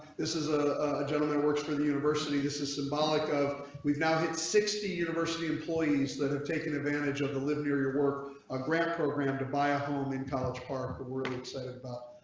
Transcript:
this is a gentleman works for the university. this is symbolic of we've now had sixty university employees that have taken advantage of the live near your work on grant program to buy a home in college park or were they excited about.